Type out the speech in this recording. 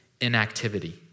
inactivity